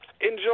enjoy